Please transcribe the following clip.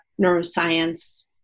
neuroscience